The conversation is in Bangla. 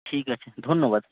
ঠিক আছে ধন্যবাদ